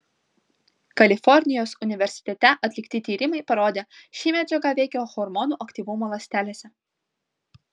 kalifornijos universitete atlikti tyrimai parodė ši medžiaga veikia hormonų aktyvumą ląstelėse